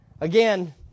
Again